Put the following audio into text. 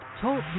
Talk